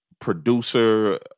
producer